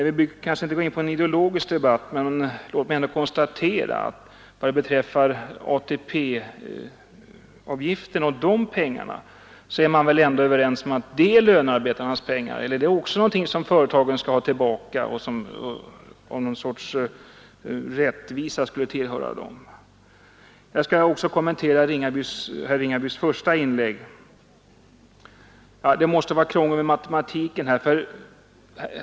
Vi behöver inte gå in på en ideologisk debatt, men låt mig konstatera att vi beträffande ATP-avgifterna dessbättre är överens om att det är lönearbetarnas pengar. Eller är det också någonting som företagen skall ha tillbaka eller som av någon sorts rättvisa skulle tillhöra dem? Jag skall också kommentera herr Ringabys första inlägg. Han måste ha krångel med matematiken.